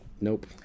Nope